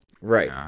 Right